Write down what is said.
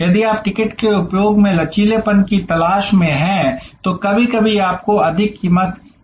यदि आप टिकट के उपयोग में लचीलेपन की तलाश में हैं तो कभी कभी आपको अधिक कीमत चुकानी पड़ सकती है